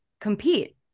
compete